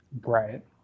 Right